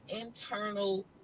internal